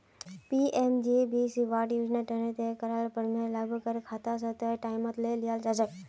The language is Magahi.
पी.एम.जे.बी.वाई योजना तने तय कराल प्रीमियम लाभुकेर खाता स तय टाइमत ले लियाल जाछेक